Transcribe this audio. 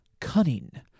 cunning